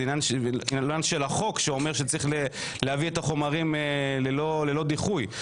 זה עניין של החוק שאומר שצריך להעביר את החומרים ללא דיחוי.